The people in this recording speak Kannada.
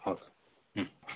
ಹೌದಾ ಹ್ಞೂ